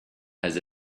has